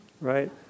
right